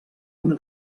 una